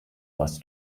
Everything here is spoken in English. was